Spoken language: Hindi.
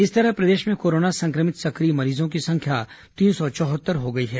इस तरह प्रदेश में कोरोना संक्रमित सक्रिय मरीजों की संख्या तीन सौ चौहत्तर हो गई है